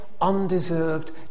undeserved